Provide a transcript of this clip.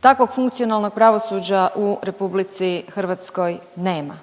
Takvo funkcionalnog pravosuđa u Republici Hrvatskoj nema.